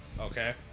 Okay